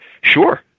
sure